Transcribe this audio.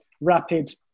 rapid